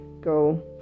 go